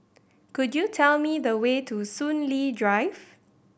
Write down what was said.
could you tell me the way to Soon Lee Drive